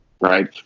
Right